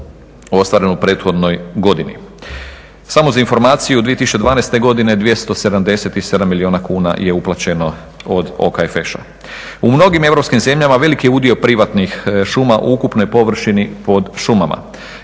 U mnogim europskim zemljama velik je udio privatnih šuma u ukupnoj površini pod šumama.